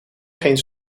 geen